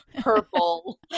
purple